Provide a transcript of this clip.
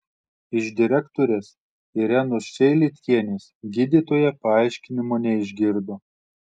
iš direktorės irenos čeilitkienės gydytoja paaiškinimo neišgirdo